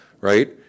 right